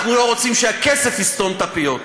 אנחנו לא רוצים שהכסף יסתום את הפיות.